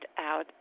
out